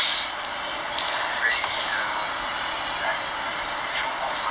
very the like very show off ah